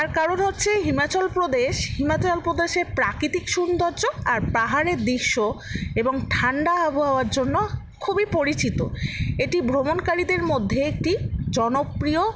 তার কারণ হচ্ছে হিমাচল প্রদেশ হিমাচল প্রদেশে প্রাকৃতিক সৌন্দর্য আর পাহাড়ের দৃশ্য এবং ঠান্ডা আবহাওয়ার জন্য খুবই পরিচিত এটি ভ্রমণকারীদের মধ্যে একটি জনপ্রিয়